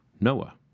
Noah